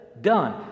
Done